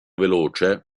veloce